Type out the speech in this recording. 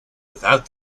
without